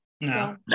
No